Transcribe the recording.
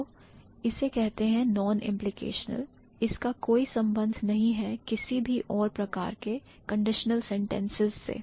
तो इसे कहते हैं non implicational इसका कोई संबंध नहीं है किसी भी और प्रकार के consitional sentences से